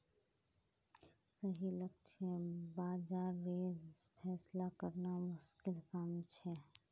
सही लक्ष्य बाज़ारेर फैसला करना मुश्किल काम छे